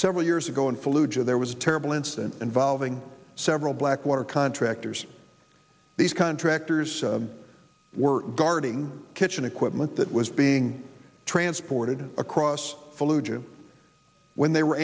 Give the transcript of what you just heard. several years ago in fallujah there was a terrible incident involving several blackwater contractors these contractors were guarding kitchen equipment that was being transported across flew to when they were